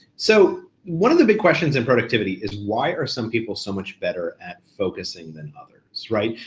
so one of the big questions in productivity is why are some people so much better at focusing than others, right?